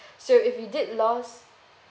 so if you did lost